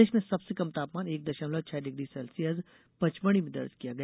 प्रदेश में सबसे कम तापमान एक दशमलव छह डिग्री सेल्सियस पचमढ़ी में दर्ज किया गया